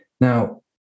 Now